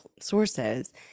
sources